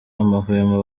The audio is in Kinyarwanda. amahwemo